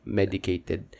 medicated